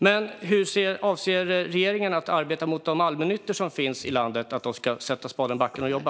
Hur avser regeringen att arbeta för att allmännyttan i landet ska sätta spaden i backen och jobba?